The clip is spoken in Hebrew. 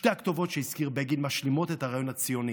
שתי הכתובות שהזכיר בגין משלימות את הרעיון הציוני: